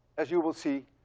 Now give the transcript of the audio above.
as you will see,